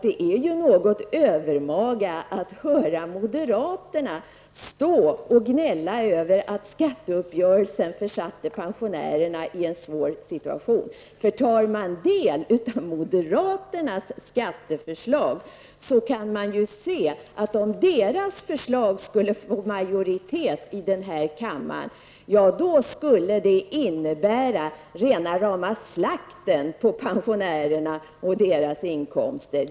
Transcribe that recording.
Det är något övermaga att höra moderaterna stå och gnälla att skatteuppgörelsen försatte pensionärerna i en svår situation. Tar man del av moderaternas skatteförslag kan man se att om deras förslag skulle få majoritet i den här kammaren, skulle det innebära rena rama slakten på pensionärerna och deras inkomster.